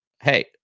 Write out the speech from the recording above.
Hey